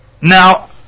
Now